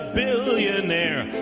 billionaire